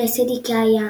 מייסד איקאה היה